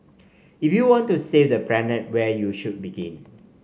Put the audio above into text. if you want to save the planet where should you begin